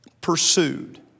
pursued